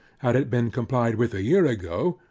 had it been complied with a year ago,